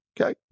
Okay